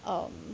um